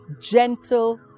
gentle